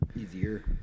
Easier